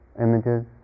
images